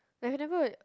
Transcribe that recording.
I have never